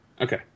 Okay